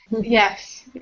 Yes